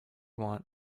want